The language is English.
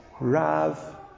Rav